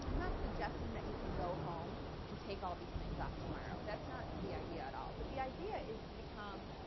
and not suggesting that you can go home and take all these things off tomorrow. that's not the idea at all. but the idea is to become